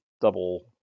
double